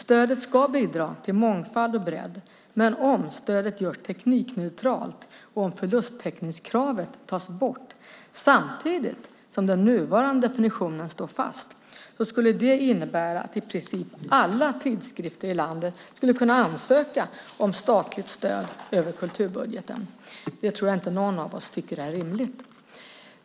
Stödet ska bidra till mångfald och bredd, men om stödet görs teknikneutralt och om förlusttäckningskravet tas bort samtidigt som den nuvarande definitionen står fast skulle det innebära att i princip alla tidskrifter i landet skulle kunna ansöka om statligt stöd över kulturbudgeten. Det tror jag att ingen av oss tycker är rimligt.